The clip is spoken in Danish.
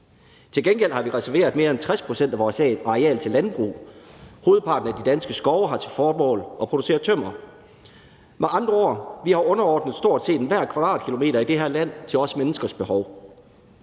Til gengæld har vi reserveret mere end 60 pct. af vores areal til landbrug, og hovedparten af de danske skove har til formål at producere tømmer. Med andre ord har vi underordnet os stort set hver en kvadratkilometer i det her land til vi menneskers behov.